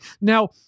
Now